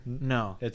No